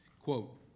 quote